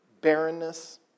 barrenness